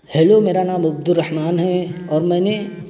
hello میرا نام عبد الرحمان ہیں اور میں نے